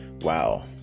Wow